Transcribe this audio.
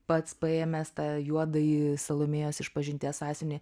pats paėmęs tą juodąjį salomėjos išpažinties sąsiuvinį